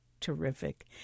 terrific